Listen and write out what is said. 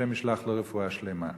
השם ישלח לו רפואה שלמה.